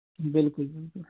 بِلکُل بِلکُل